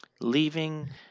Leaving